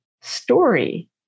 story